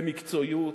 במקצועיות.